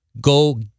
Go